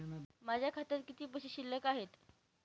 माझ्या खात्यात किती पैसे शिल्लक आहेत?